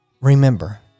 remember